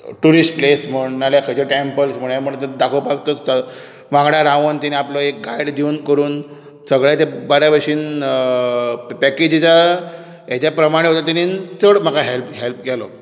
tourist place म्हण नाजाल्यार खंयचे टॅंपल्स म्हण हे म्हण दाखोवपाक तो वांगडा रावोन तेणें आपलो एक गायड दिवन करून सगळे ते बरेबशेन पॅकेज दिता हेचें प्रमाणें सुद्दां तेणीन चड म्हाका हॅल्प हॅल्प केलो